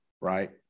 right